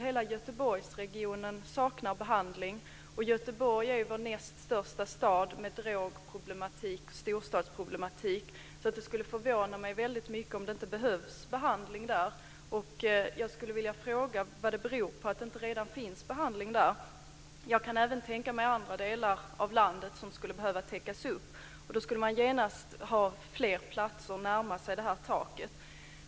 Hela Göteborgsregionen t.ex. saknar behandling. Göteborg är ju vår näst största stad med drogproblematik och storstadsproblematik. Det skulle förvåna mig väldigt mycket om det inte behövs behandling där. Jag skulle vilja fråga vad det beror på att det inte redan finns behandling där. Jag kan även tänka mig andra delar av landet som skulle behöva täckas upp. Då skulle man genast ha fler platser och närma sig det här taket.